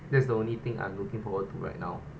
that's the only thing I'm looking forward to right now